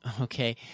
Okay